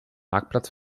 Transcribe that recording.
marktplatz